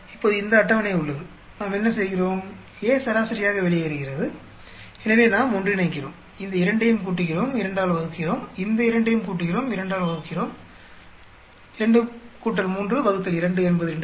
இப்போது இந்த அட்டவணை உள்ளது நாம் என்ன செய்கிறோம் A சராசரியாக வெளியேறுகிறது எனவே நாம் ஒன்றிணைக்கிறோம் இந்த இரண்டையும் கூட்டுகிறோம் 2 ஆல் வகுக்கிறோம் இந்த இரண்டையும் கூட்டுகிறோம் 2 ஆல் வகுக்கிறோம் 2 3 2 என்பது 2